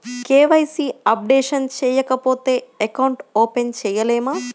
KYC updation చేయకపోతే account open చేయలేమా?